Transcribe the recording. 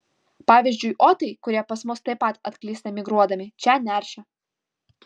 pavyzdžiui otai kurie pas mus taip pat atklysta migruodami čia neršia